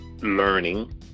learning